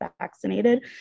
vaccinated